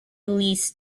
leased